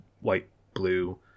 white-blue